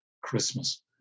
Christmas